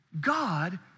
God